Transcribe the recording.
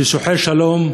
שוחר שלום,